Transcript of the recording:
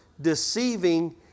deceiving